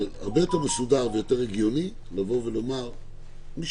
הרבה יותר מסודר ויותר הגיוני לומר שמי